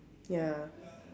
ya